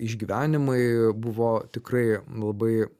išgyvenimai buvo tikrai labai